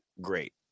great